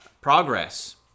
progress